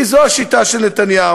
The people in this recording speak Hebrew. כי זו השיטה של נתניהו: